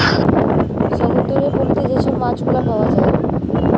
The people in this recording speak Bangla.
সমুদ্দুরের পলিতে যে ছব মাছগুলা পাউয়া যায়